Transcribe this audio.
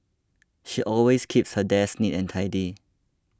she always keeps her desk neat and tidy